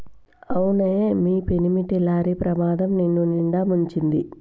అవునే మీ పెనిమిటి లారీ ప్రమాదం నిన్నునిండా ముంచింది